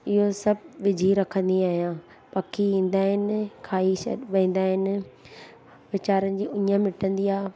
इहो सभु विझी रखंदी आहियां पखी ईंदा आहिनि खाई छॾ वेंदा आहिनि वीचारनि जी उञ मिटंदी आहे